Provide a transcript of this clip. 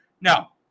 Now